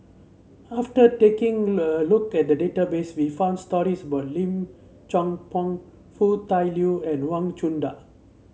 after taking a look at the database we found stories about Lim Chong Pang Foo Tai Liew and Wang Chunde